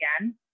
again